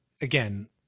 again